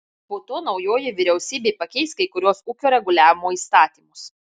po to naujoji vyriausybė pakeis kai kuriuos ūkio reguliavimo įstatymus